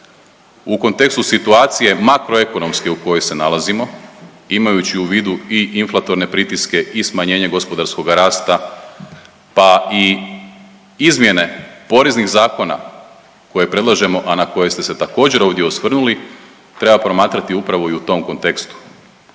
u kontekstu situacije makroekonomske u kojoj se nalazimo imajući u vidu i inflatorne pritiske i smanje gospodarskog rasta pa i izmjene poreznog zakona koje predlažemo, a na koje ste se također ovdje osvrnuli treba promatrati upravo i u tom kontekstu.